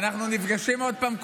אנחנו נפגשים עוד פעם,